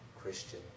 Christian